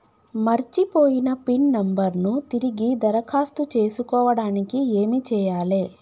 మర్చిపోయిన pin number ను తిరిగి దరఖాస్తు చేసుకోవడానికి ఏమి చేయాలే?